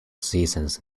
seasons